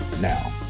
now